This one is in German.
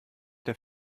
der